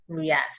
yes